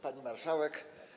Pani Marszałek!